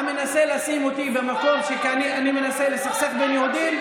אתה מנסה לשים אותי במקום שכנראה אני מנסה לסכסך בין יהודים.